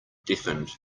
deafened